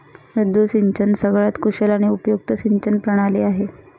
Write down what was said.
मुद्दू सिंचन सगळ्यात कुशल आणि उपयुक्त सिंचन प्रणाली आहे